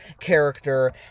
character